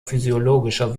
physiologischer